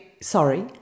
sorry